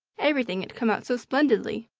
everything had come out so splendidly.